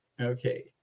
Okay